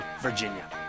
Virginia